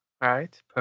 Right